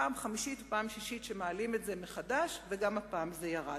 פעם חמישית או פעם שישית שמעלים את זה מחדש וגם הפעם זה ירד.